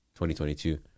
2022